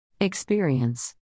Experience